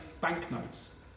banknotes